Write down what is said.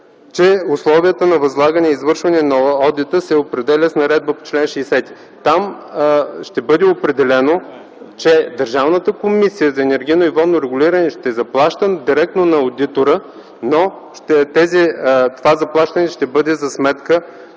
че условията на възлагане и извършване на одита се определят с наредба по чл. 60. Там ще бъде определено, че Държавната комисия по енергийно и водно регулиране ще заплаща директно на одитора, но това заплащане ще бъде за сметка